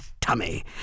tummy